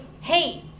hey